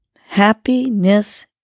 happiness